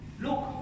Look